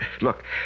Look